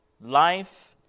Life